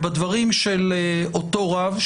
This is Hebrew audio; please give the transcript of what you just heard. בדברים של אותו רב,